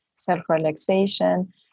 self-relaxation